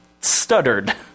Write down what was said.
stuttered